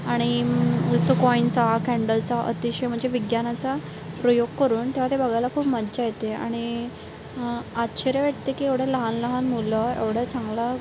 आणि असं कॉइनचा कॅन्डलचा अतिशय म्हणजे विग्यानाचा प्रयोग करून तेव्हा ते बघायला खूप मज्जा येते आणि आश्चर्य वाटते की एवढ्या लहानलहान मुलं एवढं चांगलं